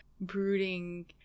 brooding